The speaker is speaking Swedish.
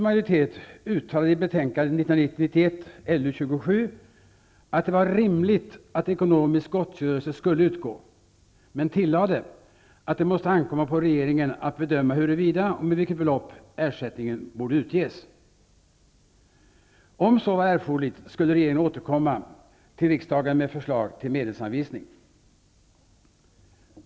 1990/91:LU27 att det var rimligt att ekonomisk gottgörelse skulle utgå, men tillade att det måste ankomma på regeringen att bedöma huruvida och med vilket belopp ersättning borde utges. Om så var erforderligt skulle regeringen återkomma till riksdagen med förslag till medelsanvisning.